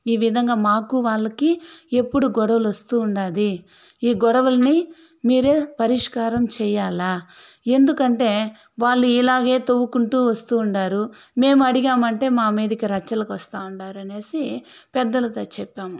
ఈ విధంగా మాకు వాళ్ళకి ఎప్పుడూ గొడవలు వస్తూ ఉండాది ఈ గొడవలని మీరే పరిష్కారం చెయ్యాలి ఎందుకంటే వాళ్లు ఇలాగే తొవ్వుక్కుంటూ వస్తూ ఉండారు మేము అడిగామంటే మా మీదికి రచ్చలకి వస్తూ ఉండారనేసి పెద్దలతో చెప్పాము